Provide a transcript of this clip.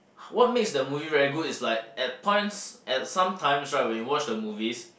what makes the movie very good is like at points at sometime right when you watch the movies